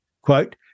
Quote